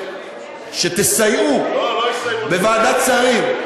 שתסייעו בוועדת שרים,